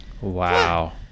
Wow